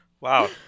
wow